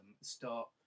start